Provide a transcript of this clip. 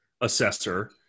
assessor